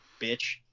bitch